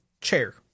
Chair